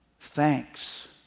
thanks